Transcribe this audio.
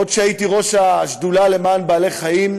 עוד כשהייתי ראש השדולה למען בעלי-חיים,